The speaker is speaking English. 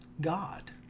god